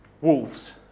Wolves